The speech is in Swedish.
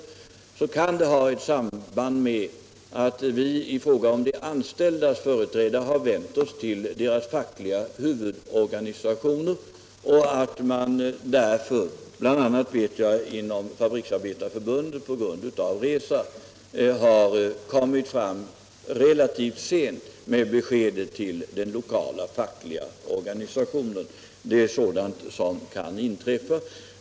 Tisdagen den Det kan ha ett samband med att vi i fråga om de anställdas företrädare 4 november 1975 har vänt oss till deras fackliga huvudorganisationer och att man därför —— som inom t.ex. Fabriksarbetareförbundet på grund av resa — har kommit — Om förstatligande fram relativt sent med beskedet till den lokala fackliga organisationen. = av läkemedelsindu Det är sådant som kan inträffa.